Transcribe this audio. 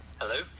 Hello